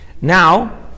Now